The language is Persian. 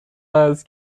است